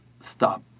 stop